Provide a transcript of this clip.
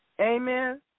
Amen